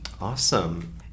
Awesome